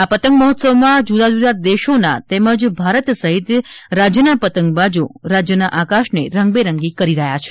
આ પતંગ મહોત્સવમાં જૂદા જૂદા દેશોના તેમજ ભારત સહિત ગુજરાતના પતંગબાજો રાજ્યના આકાશને રંગબેરંગી કરી રહ્યા છે